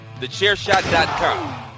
Thechairshot.com